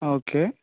okay